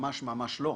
ממש לא.